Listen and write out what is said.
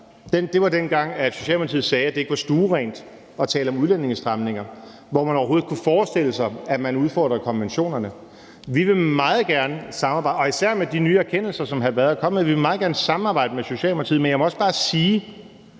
Det var, dengang Socialdemokratiet sagde, at det ikke var stuerent at tale om udlændingestramninger, og hvor man overhovedet ikke kunne forestille sig, at man udfordrede konventionerne. Vi vil meget gerne samarbejde med Socialdemokratiet, især med de nye